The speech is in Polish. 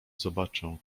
zobaczę